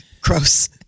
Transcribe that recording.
Gross